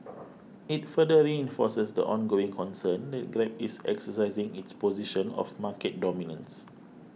it further reinforces the ongoing concern that Grab is exercising its position of market dominance